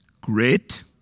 great